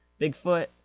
bigfoot